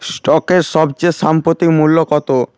স্টকের সবচেয়ে সাম্প্রতিক মূল্য কতো